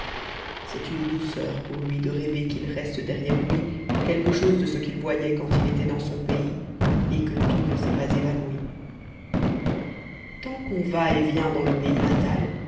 c'est une douceur pour lui de rêver qu'il reste derrière lui quelque chose de ce qu'il voyait quand il était dans son pays et que tout ne s'est pas évanoui tant qu'on va et vient dans le pays natal